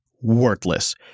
worthless